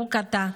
בוקעאתא,